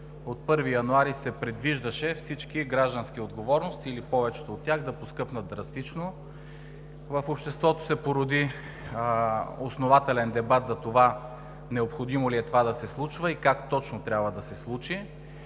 от 1 януари се предвиждаше всички застраховки „Гражданска отговорност“ или повечето от тях да поскъпнат драстично. В обществото се породи основателен дебат необходимо ли е това да се случва и как точно трябва да се случи.